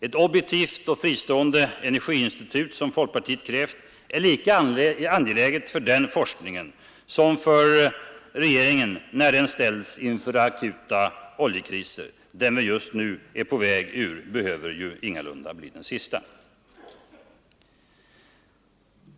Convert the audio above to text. Ett objektivt och fristående oljeinstitut, som folkpartiet krävt, är lika angeläget för den forskningen som för regeringen när den ställs inför akuta oljekriser. Den kris vi just nu är på väg ur behöver ju ingalunda bli den sista.